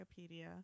Wikipedia